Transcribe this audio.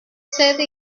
setting